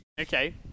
Okay